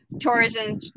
tourism